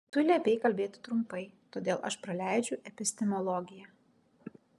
tu liepei kalbėti trumpai todėl aš praleidžiu epistemologiją